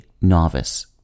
novice